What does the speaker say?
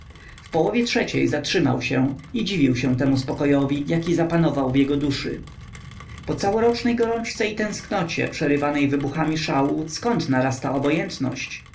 w połowie trzeciej zatrzymał się i dziwił się temu spokojowi jaki zapanował w jego duszy po całorocznej gorączce i tęsknocie przerywanej wybuchami szału zkąd naraz ta obojętność